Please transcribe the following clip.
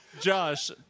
Josh